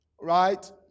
Right